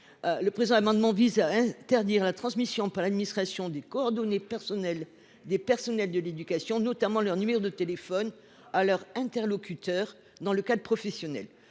d’optimisme, vise à interdire la transmission par l’administration des coordonnées personnelles des personnels de l’éducation, notamment leur numéro de téléphone, à leurs interlocuteurs dans le cadre professionnel.